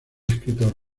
escritor